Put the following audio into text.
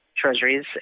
Treasuries